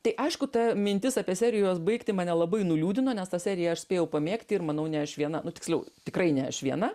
tai aišku ta mintis apie serijos baigtį mane labai nuliūdino nes tą seriją aš spėjau pamėgti ir manau ne aš viena nu tiksliau tikrai ne aš viena